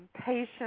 patient